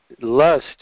lust